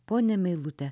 ponia meilute